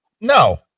no